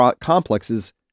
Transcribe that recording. complexes